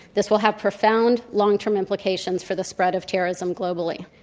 this will have profound long-term implications for the spread of terrorism globally.